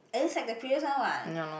at least like the previous one [what]